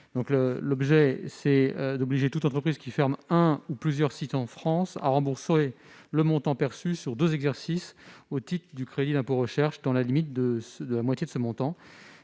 vise à obliger toute entreprise qui ferme un ou plusieurs sites en France à rembourser le montant perçu sur deux exercices au titre du crédit d'impôt recherche, dans la limite de la moitié de ce montant.